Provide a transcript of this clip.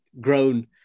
grown